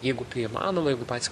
jeigu tai įmanoma jeigu patys